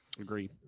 Agree